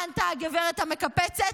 מה ענתה הגברת המקפצת?